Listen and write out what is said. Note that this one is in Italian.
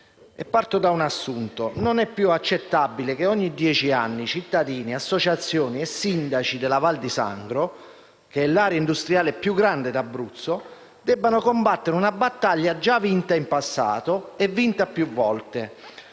Parto dall'assunto che non è più accettabile che ogni dieci anni cittadini, associazioni e sindaci della Val di Sangro (che è l'area industriale più grande d'Abruzzo) debbano combattere una battaglia già più volte vinta in passato.